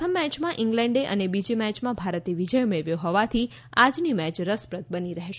પ્રથમ મેચમાં ઇંગ્લેન્ડે અને બીજી મેચમાં ભારતે વિજય મેળવ્યો હોવાથી આજની મેચ રસપ્રદ બની રહેશે